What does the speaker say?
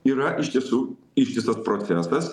yra iš tiesų ištisas procesas